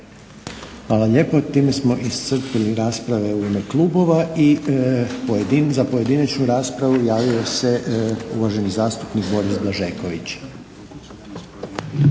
Hvala lijepo. Time smo iscrpili rasprave u ime klubova. I za pojedinačnu raspravu javio se uvaženi zastupnik Boris Blažeković.